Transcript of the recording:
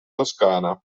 toscana